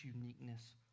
uniqueness